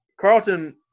Carlton